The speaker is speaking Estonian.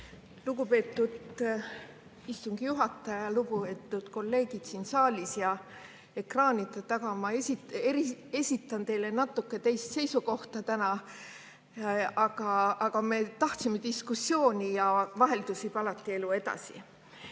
Lugupeetud istungi juhataja! Lugupeetud kolleegid siin saalis ja ekraanide taga! Ma esitan teile natuke teist seisukohta täna, aga me tahtsime diskussiooni ja vaheldus viib alati elu edasi.Me